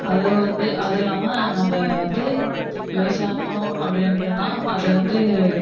அது வந்து அதுவும் இல்லாமல் நம்ம வந்து விவசாயம் அப்படின்னு சொன்னால் அது வந்து